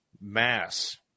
mass